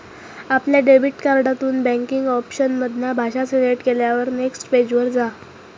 आपल्या डेबिट कार्डातून banking option मधना भाषा सिलेक्ट केल्यार नेक्स्ट पेज वर जा